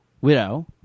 widow